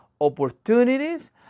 opportunities